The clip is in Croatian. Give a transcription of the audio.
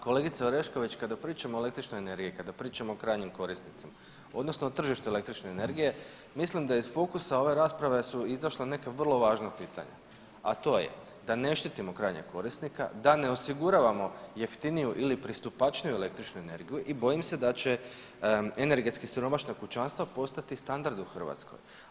Kolegice Orešković, kada pričamo o električnoj energiji, kada pričamo o krajnjim korisnicima odnosno o tržištu električne energije mislim da iz fokusa ove rasprave su izašle neka vrlo važna pitanja, a to je da ne štitimo krajnjeg korisnika, da ne osiguravamo jeftiniju ili pristupačniju električnu energiju i bojim se da će energetski siromašna kućanstva postati standard u Hrvatskoj.